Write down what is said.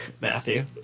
Matthew